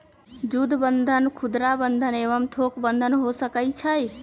जुद्ध बन्धन खुदरा बंधन एवं थोक बन्धन हो सकइ छइ